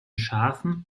schafen